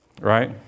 right